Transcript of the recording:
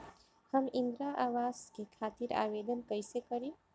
हम इंद्रा अवास के खातिर आवेदन कइसे करी?